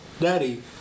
daddy